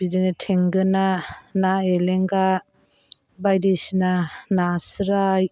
बिदिनो थेंगोना ना एलेंगा बायदिसिना नास्राय